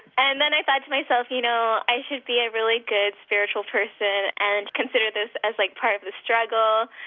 and then i thought to myself, you know i should be a really good spiritual person and consider this as like part of the struggle,